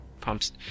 pumps